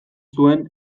zuen